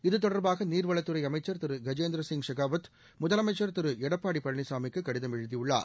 இது தொடர்பாக நீர்வளத்துறை அமைச்சர் திரு கஜேந்திரசிங் முதலமைச்சர் திரு எடப்பாடி பழனிசாமிக்கு கடிதம் எழுதியுள்ளார்